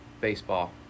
baseball